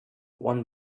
one